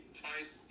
twice